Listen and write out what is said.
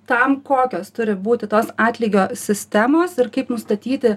tam kokios turi būti tos atlygio sistemos ir kaip nustatyti